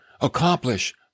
accomplish